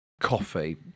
coffee